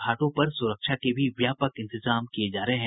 घाटों पर सुरक्षा के भी व्यापक इंतजाम किये जा रहे हैं